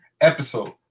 episode